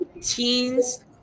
teens